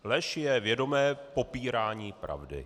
Lež je vědomé popírání pravdy.